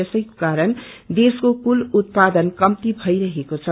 यसैको कारण देशको कूल उत्पादन कम्ती भइरहेछ